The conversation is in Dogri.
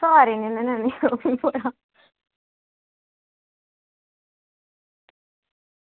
घर